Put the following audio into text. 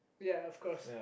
ya of course